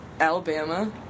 Alabama